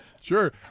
Sure